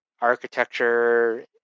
architecture